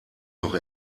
noch